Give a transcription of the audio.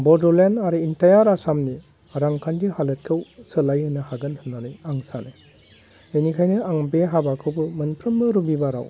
बड'लेण्ड आरो इन्टायार आसामनि रांखान्थि हालोदखौ सोलाय होननो हागोन होननानै आं सानो बेनिखायनो आं बे हाबाखौबो मोनफ्रोमबो रबिबाराव